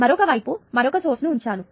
మరొక వైపు మరొక సోర్స్ ను ఉంచాను